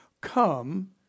Come